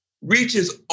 Reaches